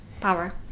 power